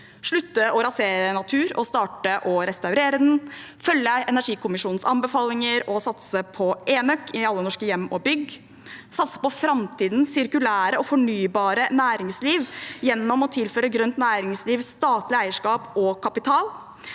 slutte å rasere natur og starte å restaurere den – følge energikommisjonens anbefalinger og satse på enøk i alle norske hjem og bygg – satse på framtidens sirkulære og fornybare næringsliv gjennom å tilføre grønt næringsliv statlig eierskap og kapital